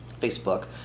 Facebook